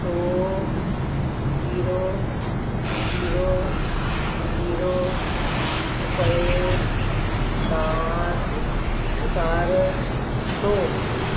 ਦੋ zero zero zero ਰੁਪਏ ਦਾਨ ਕਰ ਦੋ